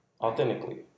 Authentically